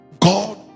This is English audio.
God